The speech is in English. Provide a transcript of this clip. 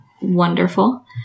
Wonderful